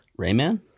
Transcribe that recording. Rayman